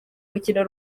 rukino